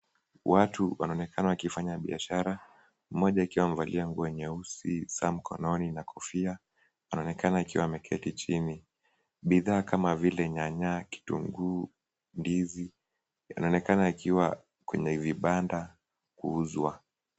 Watu wanaonekana wakifanya biashara mmoja akiwa amevalia nguo nyeusi, saa mkononi na kofia, anaonekana akiwa ameketi chini. Bidhaa kama vile nyanya, kitunguu, ndizi inaonekana kuwa kwenye vibanda huuzwa.